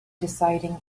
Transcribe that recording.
deciding